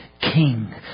king